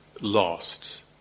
lost